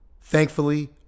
Thankfully